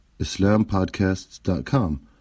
IslamPodcasts.com